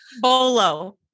Bolo